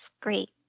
Great